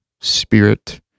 spirit